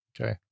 Okay